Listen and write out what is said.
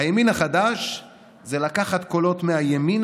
הימין החדש זה לקחת קולות מהימין